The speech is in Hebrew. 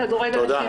בכדורגל נשים.